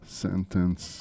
sentence